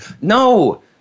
No